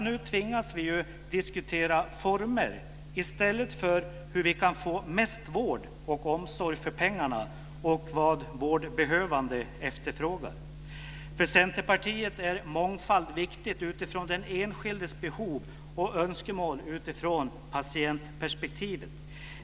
Nu tvingas vi diskutera former i stället för hur vi kan få mest vård och omsorg för pengarna och vad vårdbehövande efterfrågar. För Centerpartiet är mångfald viktigt utifrån den enskildes behov och önskemål utifrån patientperspektivet.